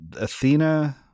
Athena